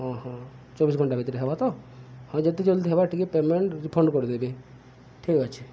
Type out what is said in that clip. ହଁ ହଁ ଚବିଶ ଘଣ୍ଟା ଭିତରେ ହବ ତ ହଁ ଯେତେ ଜଲ୍ଦି ହେବା ଟିକେ ପେମେଣ୍ଟ ରିଫଣ୍ଡ କରିଦେବେ ଠିକ୍ ଅଛି